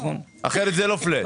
אחרת זה לא פלט.